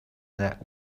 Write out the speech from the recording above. that